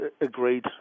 agreed